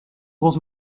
was